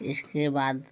इसके बाद